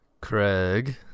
Craig